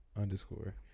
underscore